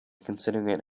considering